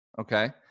Okay